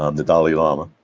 um the dalai lama,